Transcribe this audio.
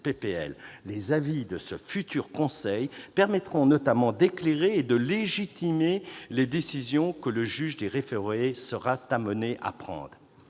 de loi. Ses avis permettront notamment d'éclairer et de légitimer les décisions que le juge des référés sera amené à prendre.